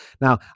now